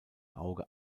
auge